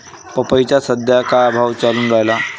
पपईचा सद्या का भाव चालून रायला?